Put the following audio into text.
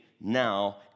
now